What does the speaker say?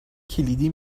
کلیدی